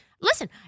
Listen